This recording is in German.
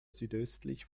südöstlich